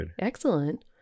Excellent